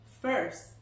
First